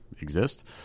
exist